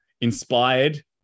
inspired